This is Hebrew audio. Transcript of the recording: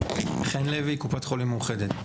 חן לוי, קופת חולים "מאוחדת".